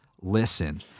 listen